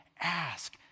ask